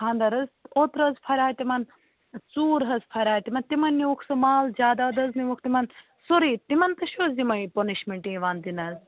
خانٛدَر حظ اوٚترٕ حظ فرٛیاے تِمَن ژوٗر حظ فَریٛاے تِمَن تِمَن نِیٛوٗکھ سُہ مال جایِداد حظ نِیٛوٗکھ تِمَن سورُے تِمَن تہِ چھِ حظ یِمٕے پُنِشمٮ۪نٹہٕ یِوان دِنہٕ حظ